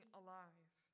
alive